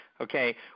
okay